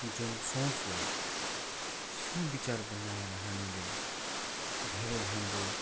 जुन सोचलाई सुविचार बनाएर हामीले धेरै हाम्रो